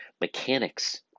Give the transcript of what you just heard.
mechanics